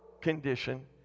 condition